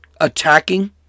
attacking